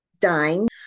dying